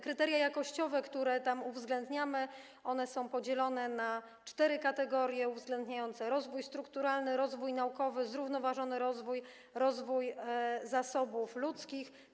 Kryteria jakościowe, które tam przyjmujemy, są podzielone na cztery kategorie uwzględniające rozwój strukturalny, rozwój naukowy, zrównoważony rozwój, rozwój zasobów ludzkich.